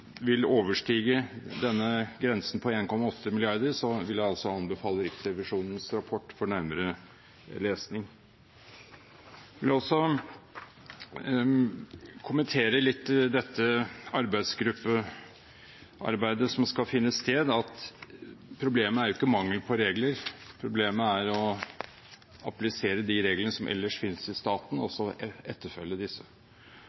vil overstige grensen på 1,8 mrd. kr, vil jeg altså anbefale Riksrevisjonens rapport for nærmere lesning. Jeg vil også kommentere litt dette arbeidsgruppearbeidet som skal finne sted, at problemet er jo ikke mangel på regler, problemet er å applisere de reglene som ellers finnes i staten, og så etterfølge disse.